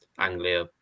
Anglia